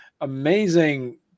amazing